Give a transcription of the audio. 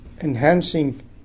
enhancing